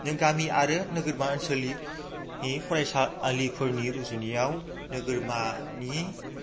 गामि आरो नोगोरमा ओनसोलनि फरायसालिफोरनि रुजुनायाव नोगोरमानि